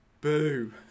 boo